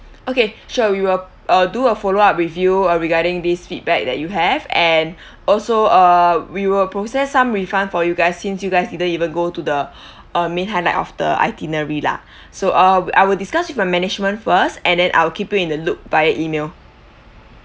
okay sure we will uh do a follow up with you uh regarding this feedback that you have and also uh we will process some refund for you guys since you guys didn't even go to the uh main highlight of the itinerary lah so uh I will discuss with my management first and then I'll keep you in the loop via email